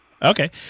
Okay